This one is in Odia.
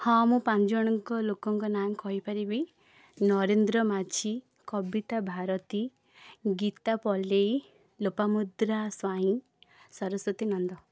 ହଁ ମୁଁ ପାଞ୍ଚଜଣ ଲୋକଙ୍କ ନାଁ କହିପାରିବି ନରେନ୍ଦ୍ର ମାଝୀ କବିତାଭାରତୀ ଗୀତା ପଲେଇ ଲୋପାମୁଦ୍ରା ସ୍ୱାଇଁ ସରସ୍ୱତୀ ନନ୍ଦ